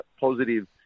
positive –